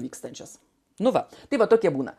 vykstančias nu va tai va tokie būna